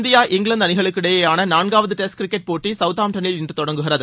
India இங்கிலாந்து அணிகளுக்கு இடையோன நான்காவது டெஸ்ட் கிரிக்கெட் போட்டி சௌதாம்டனில் இன்று தொடங்குகிறது